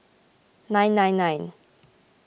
nine nine nine